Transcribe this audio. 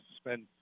spend